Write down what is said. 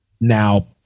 now